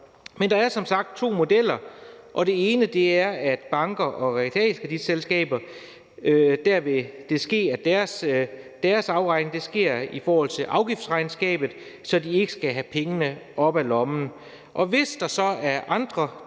Men der er to modeller, og de er, at bankers og realkreditselskabers afregning sker i forhold til afgiftsregnskabet, så de ikke skal have pengene op af lommen, og hvis der så er andre, der